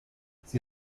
sie